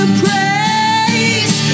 praise